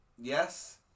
yes